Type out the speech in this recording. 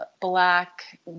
black